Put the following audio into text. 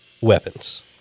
weapons